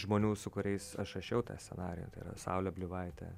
žmonių su kuriais aš rašiau tą scenarijų tai yra saulė bliuvaitė